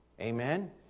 Amen